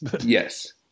Yes